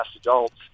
adults